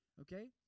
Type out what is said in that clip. Okay